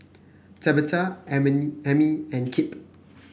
Tabatha Amie and Kipp